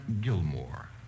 Gilmore